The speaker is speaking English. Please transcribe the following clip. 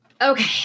Okay